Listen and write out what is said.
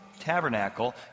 tabernacle